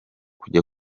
kujya